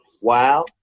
wow